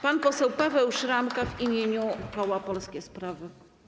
Pan poseł Paweł Szramka w imieniu koła Polskie Sprawy.